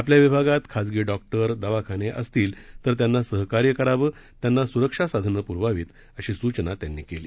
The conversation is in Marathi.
आपल्या विभागात खाजगी डॉक्टर दवाखाने असतील तर त्यांना सहकार्य करावं त्यांना सुरक्षासाधनं पुरवावीत अशी सूचना त्यांनी केली